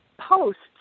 posts